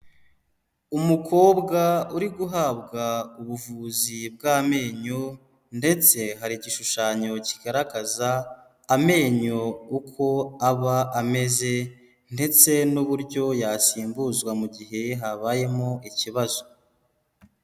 Umukobwa uri guhabwa ubuvuzi bw'amenyo ndetse hari igishushanyo kigaragaza amenyo uko aba ameze ndetse n'uburyo yasimbuzwa mu gihe habayemo ikibazo.